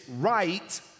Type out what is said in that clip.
right